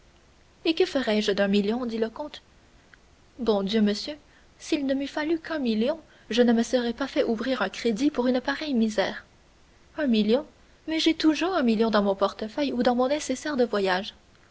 et que ferais-je d'un million dit le comte bon dieu monsieur s'il ne m'eût fallu qu'un million je ne me serais pas fait ouvrir un crédit pour une pareille misère un million mais j'ai toujours un million dans mon portefeuille ou dans mon nécessaire de voyage